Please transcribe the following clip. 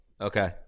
okay